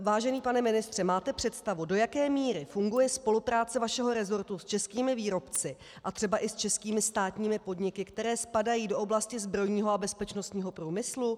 Vážený pane ministře, máte představu, do jaké míry funguje spolupráce vašeho rezortu s českými výrobci a třeba i s českými státními podniky, které spadají do oblasti zbrojního a bezpečnostního průmyslu?